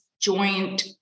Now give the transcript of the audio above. joint